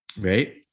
right